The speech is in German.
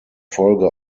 folge